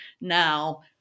now